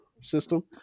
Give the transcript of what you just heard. system